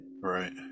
Right